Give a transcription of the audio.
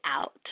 out